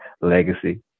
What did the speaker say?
legacy